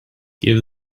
give